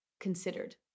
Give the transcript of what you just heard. considered